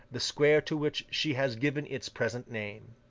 the square to which she has given its present name.